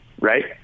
right